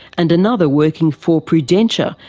and another working for prudentia,